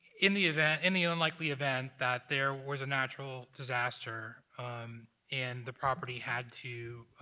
in the event in the unlikely event that there was a natural disaster and the property had to